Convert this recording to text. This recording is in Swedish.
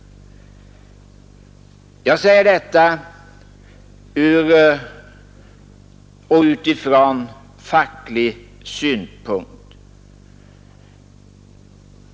Jag gör detta ur facklig synpunkt.